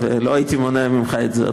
ולא הייתי מונע ממך זאת.